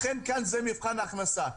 לכן כאן זה מבחן הכנסה.